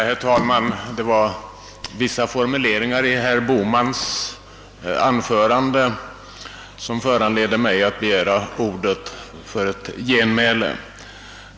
Herr talman! Det var vissa formuleringar i herr Bohmans anförande som föranledde mig att begära ordet för ett genmäle.